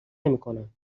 نمیکنم